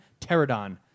Pterodon